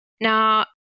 Now